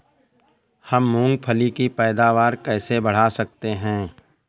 हम मूंगफली की पैदावार कैसे बढ़ा सकते हैं?